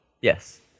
Yes